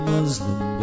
Muslim